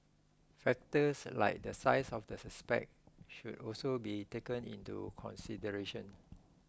factors like the size of the suspect should also be taken into consideration